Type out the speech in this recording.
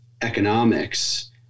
economics